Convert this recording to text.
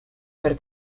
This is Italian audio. per